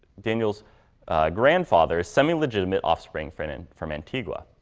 daniel's grandfather's semi-legitimate offspring from and and from antigua.